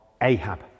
Ahab